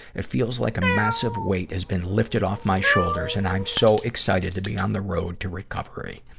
it feels like a massive weight has been lifted off my shoulders, and i'm so excited to be on the road to recovery.